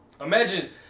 Imagine